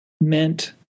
meant